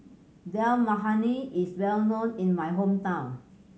Dal Makhani is well known in my hometown